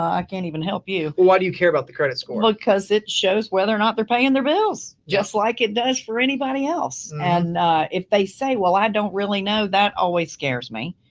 i can't even help you. why do you care about the credit score? because it shows whether or not they're paying their bills, just like it does for anybody else. and if they say, well, i don't really know, that always scares me